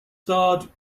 starred